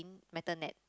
metal net